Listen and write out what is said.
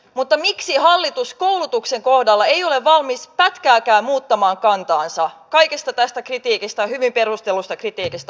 mutta miksi hallitus koulutuksen kohdalla ei ole valmis pätkääkään muuttamaan kantaansa kaikesta tästä hyvin perustellusta kritiikistä huolimatta